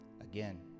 Again